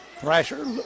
Thrasher